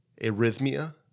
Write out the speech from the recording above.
arrhythmia